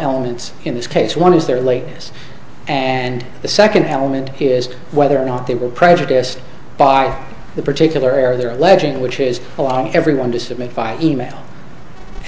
elements in this case one is there really is and the second element is whether or not they were prejudiced by the particular area they're alleging which is a lot everyone does that make via email